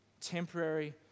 Temporary